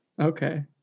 Okay